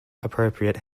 appropriate